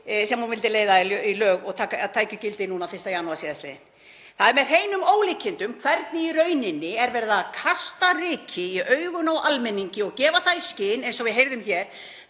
sem hún vildi leiða í lög og tækju gildi 1. janúar síðastliðinn. Það er með hreinum ólíkindum hvernig er í rauninni verið að kasta ryki í augun á almenningi og gefa það í skyn, eins og við heyrðum